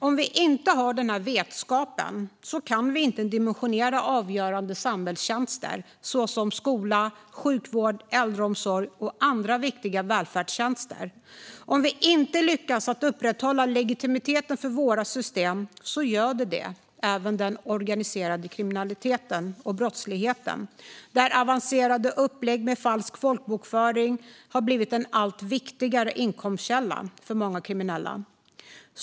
Om vi inte har den här vetskapen kan vi inte dimensionera avgörande samhällstjänster såsom skola, sjukvård, äldreomsorg och andra viktiga välfärdstjänster. Om vi inte lyckas upprätthålla legitimiteten för våra system göder det även den organiserade kriminaliteten och brottsligheten - avancerade upplägg med falsk folkbokföring har blivit en allt viktigare inkomstkälla för många kriminella.